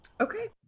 Okay